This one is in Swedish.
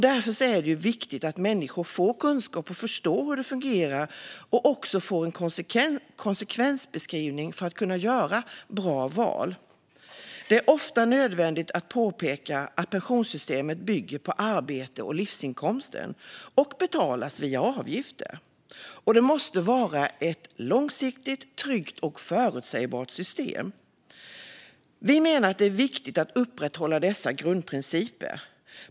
Därför är det viktigt att människor får kunskap om hur det fungerar och också får konsekvensbeskrivningar för att kunna göra bra val. Det är ofta nödvändigt att påpeka att pensionssystemet bygger på livsinkomsten av arbete och betalas via avgifter, och det måste vara ett långsiktigt tryggt och förutsägbart system. Vi menar att det är viktigt att upprätthålla dessa grundprinciper.